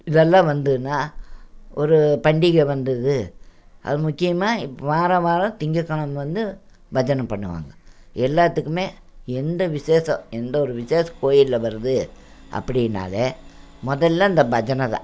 இதெல்லாம் வந்ததுன்னா ஒரு பண்டிகை வந்தது அது முக்கியமாக இப்போ வாரா வாரம் திங்கக்கெழமை வந்து பஜனை பண்ணுவாங்க எல்லாத்துக்கும் எந்த விசேஷம் எந்தவொரு விசேஷம் கோவில்ல வருது அப்படின்னாலே முதல்ல இந்த பஜனை தான்